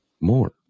more